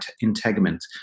integument